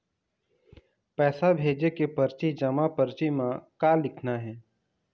पैसा भेजे के परची जमा परची म का लिखना हे?